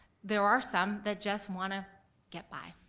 there are some that just wanna get by,